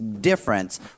difference